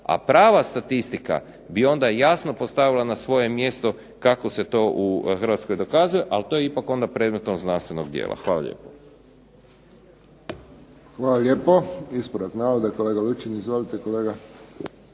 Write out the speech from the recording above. A prava statistika bi onda jasno postavila na svoje mjesto kako se to u Hrvatskoj dokazuje, ali to je ipak onda predmetom znanstvenog dijela. Hvala lijepo. **Friščić, Josip (HSS)** Hvala lijepo. Ispravak navoda, kolega Lučin. Izvolite, kolega.